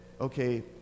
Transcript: okay